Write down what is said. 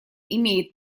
имеет